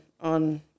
on